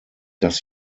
dass